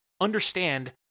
understand